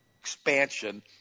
expansion